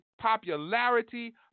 popularity